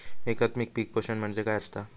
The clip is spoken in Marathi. एकात्मिक पीक पोषण म्हणजे काय असतां?